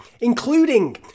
including